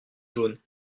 jaune